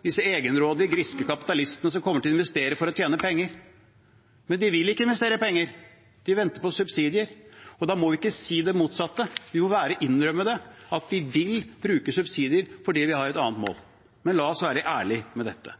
disse egenrådige, griske kapitalistene som kommer til å investere for å tjene penger. Men de vil ikke investere penger, de venter på subsidier, og da må vi ikke si det motsatte. Vi må bare innrømme det, at vi vil bruke subsidier fordi vi har et annet mål. La oss være ærlig om dette.